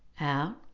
out